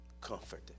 comforted